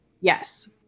Yes